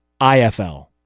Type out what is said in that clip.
IFL